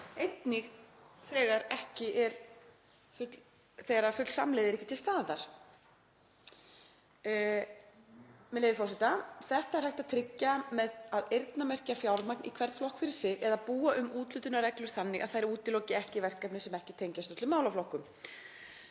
einnig þegar full samlegð sé ekki til staðar. Með leyfi forseta: „Þetta er hægt að tryggja með að eyrnamerkja fjármagn í hvern flokk fyrir sig eða búa um úthlutunarreglur þannig að þær útiloki ekki verkefni sem ekki tengjast öllum málaflokkum.